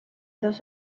dos